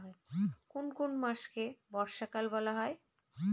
কোন কোন মাসকে বর্ষাকাল বলা হয়?